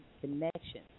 Connection